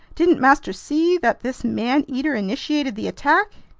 didn't master see that this man-eater initiated the attack?